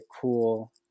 cool